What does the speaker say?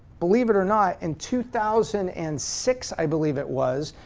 believe it or not, in two thousand and six, i believe it was,